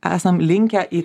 esam linkę į